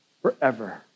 forever